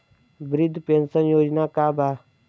वृद्ध पेंशन योजना का बा?